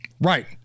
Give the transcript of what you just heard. Right